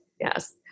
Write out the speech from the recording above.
Yes